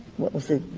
what was it,